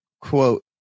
quote